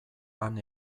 han